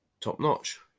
top-notch